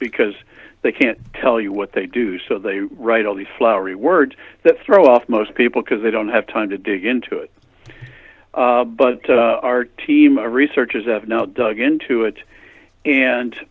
because they can't tell you what they do so they write all the flowery words that throw off most people because they don't have time to dig into it but our team of researchers have now dug into it and